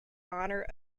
honour